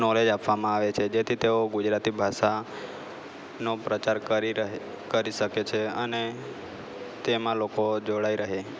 knowledge આપવામાં આવે છે જેથી તેઓ ગુજરાતી ભાષા નો પ્રચાર કરી રહે કરી શકે છે અને તેમાં લોકો જોડાઈ રહે